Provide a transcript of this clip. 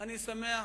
אני שמח.